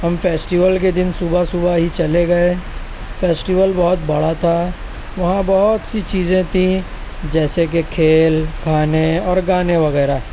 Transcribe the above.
ہم فیسٹیول کے دن صبح صبح ہی چلے گئے فیسٹیول بہت بڑا تھا وہاں بہت سی چیزیں تھی جیسے کہ کھیل کھانے اورگانے وغیرہ